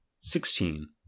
Sixteen